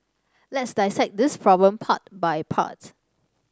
let's dissect this problem part by part